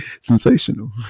Sensational